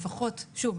שוב,